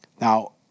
Now